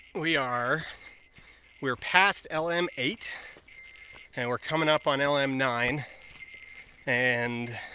we are we're past l m eight and we're coming up on l m nine and